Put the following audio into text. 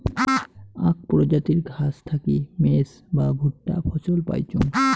আক প্রজাতির ঘাস থাকি মেজ বা ভুট্টা ফছল পাইচুঙ